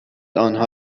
آنها